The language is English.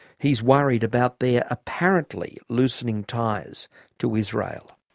he's worried about their apparently loosening ties to israel.